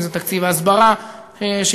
אם זה תקציב ההסברה שיקוצץ,